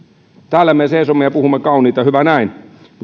täällä me seisomme ja puhumme kauniita hyvä näin